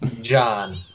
John